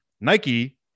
Nike